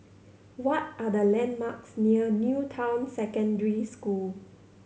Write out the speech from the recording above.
what are the landmarks near New Town Secondary School